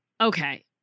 Okay